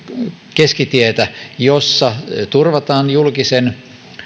keskitietä jossa turvataan julkisen